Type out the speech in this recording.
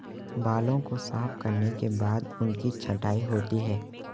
बालों को साफ करने के बाद उनकी छँटाई होती है